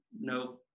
no